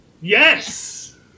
Yes